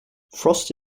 frost